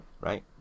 right